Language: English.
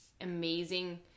amazing